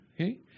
Okay